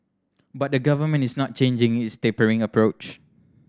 but the Government is not changing its tapering approach